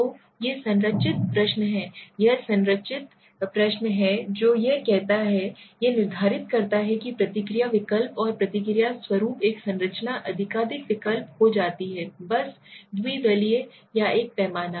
तो ये संरचित प्रश्न हैं यह संरचित प्रश्न है जो वह कहता है यह निर्धारित करता है प्रतिक्रिया विकल्प और प्रतिक्रिया स्वरूप एक संरचना एकाधिक विकल्प हो सकती है बस द्विदलीय या एक पैमाना